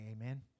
Amen